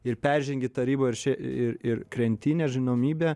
ir peržengi tą ribą ir čia ir ir krenti į nežinomybę